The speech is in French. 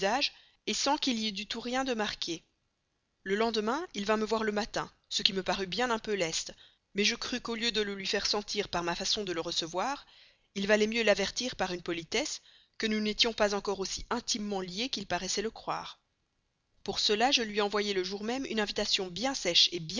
d'usage sans qu'il y eût du tout rien de marqué le lendemain il vint me voir le matin ce qui me parut bien un peu leste mais je crus qu'au lieu de le lui faire sentir par ma façon de le recevoir il valait mieux l'avertir par une politesse que nous n'étions pas encore aussi intimement liés qu'il paraissait le croire pour cela je lui envoyai le jour même une invitation bien sèche